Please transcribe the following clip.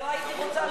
ולא הייתי רוצה,